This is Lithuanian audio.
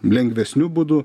lengvesniu būdu